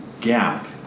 gap